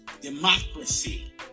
democracy